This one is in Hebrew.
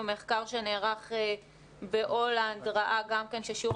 מחקר שנערך בהולנד הראה גם כן ששיעור